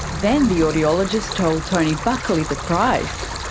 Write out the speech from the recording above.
then the audiologist told tony buckley the price.